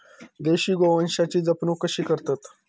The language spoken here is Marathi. देशी गोवंशाची जपणूक कशी करतत?